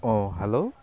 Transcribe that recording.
অঁ হেল্ল'